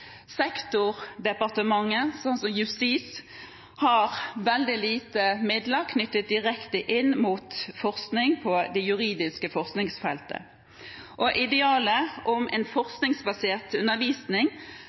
som Justisdepartementet, har veldig lite midler knyttet direkte inn mot det juridiske forskningsfeltet. Idealet om en